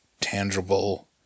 tangible